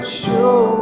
show